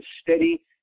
steady